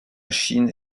chine